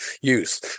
use